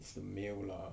it's the mail lah